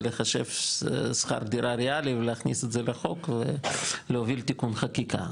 ולחשב שכר דירה ריאלי ולהכניס את זה לחוק ולהוביל תיקון חקיקה.